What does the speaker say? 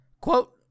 Quote